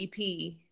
EP